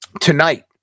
Tonight